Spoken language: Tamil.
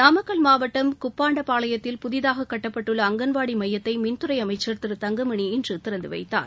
நாமக்கல் மாவட்டம் குப்பாண்டபாளையத்தில் புதிதாக கட்டப்பட்டுள்ள அங்கன்வாடி மையத்தை மின்துறை அமைச்சர் திரு தங்கமணி இன்று திறந்து வைத்தார்